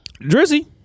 Drizzy